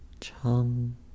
Chum